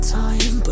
time